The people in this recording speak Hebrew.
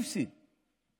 מי הפסיד?